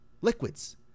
liquids